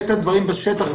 הדברים בשטח,